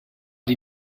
die